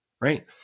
right